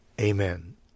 Amen